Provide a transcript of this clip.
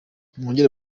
mwongere